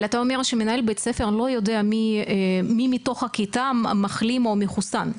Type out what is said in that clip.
אבל אתה אומר שמנהל בית ספר לא יודע מי מתוך הכיתה מחלים או מחוסן.